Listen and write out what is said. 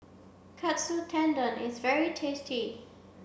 Katsu Tendon is very tasty